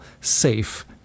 safe